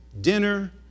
dinner